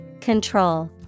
Control